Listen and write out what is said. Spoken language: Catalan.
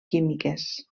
químiques